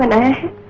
and a